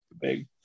Big